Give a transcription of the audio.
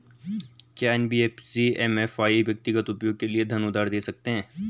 क्या NBFC MFI व्यक्तिगत उपयोग के लिए धन उधार दें सकते हैं?